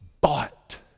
bought